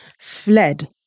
fled